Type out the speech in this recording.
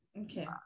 okay